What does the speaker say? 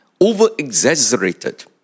over-exaggerated